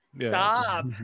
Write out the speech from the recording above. Stop